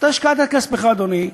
אתה השקעת את כספך, אדוני.